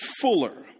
fuller